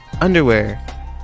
underwear